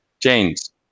James